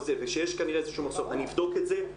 אני אבדוק את זה.